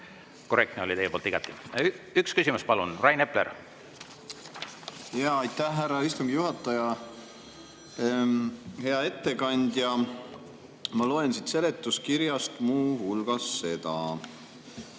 korrektne oli teie poolt. Üks küsimus. Palun, Rain Epler! Aitäh, härra istungi juhataja! Hea ettekandja! Ma loen siit seletuskirjast muu hulgas seda,